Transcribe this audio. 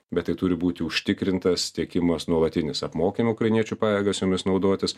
bet tai turi būti užtikrintas tiekimas nuolatinis apmokymų ukrainiečių pajėgas jomis naudotis